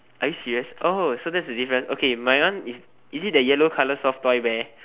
are you serious oh so that's the difference okay my one is is it the yellow colour soft toy bear